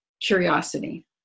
curiosity